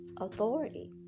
authority